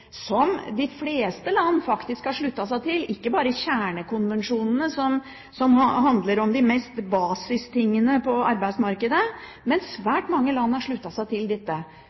som de fleste land faktisk har sluttet seg til, ikke bare kjernekonvensjonene som handler mest om basistingene på arbeidsmarkedet. Svært mange land har sluttet seg til